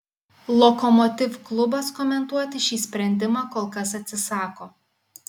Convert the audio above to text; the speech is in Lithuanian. lokomotiv klubas komentuoti šį sprendimą kol kas atsisako